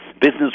business